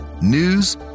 news